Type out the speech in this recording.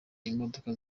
imodoka